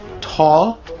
tall